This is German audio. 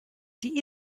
die